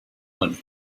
money